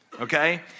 okay